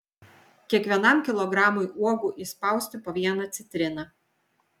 kiekvienam kilogramui uogų įspausti po vieną citriną